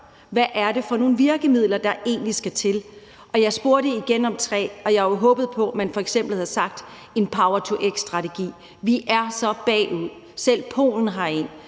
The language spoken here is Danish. er for nogle virkemidler, der skal til, og jeg spurgte igen om tre virkemidler, og jeg havde jo håbet på, at man f.eks. havde sagt en power-to-x-strategi. Vi er så meget bagud. Selv Polen har en